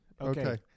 Okay